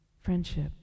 friendship